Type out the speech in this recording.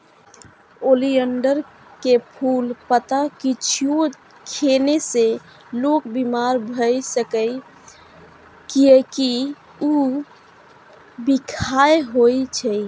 oleander के फूल, पत्ता किछुओ खेने से लोक बीमार भए सकैए, कियैकि ऊ बिखाह होइ छै